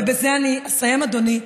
בזה אני אסיים, אדוני.